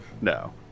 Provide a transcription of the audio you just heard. No